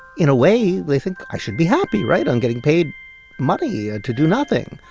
in a way, they think, i should be happy, right? i'm getting paid money ah to do nothing.